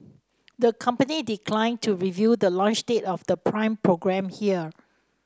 the company declined to reveal the launch date of the Prime programme here